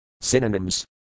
Synonyms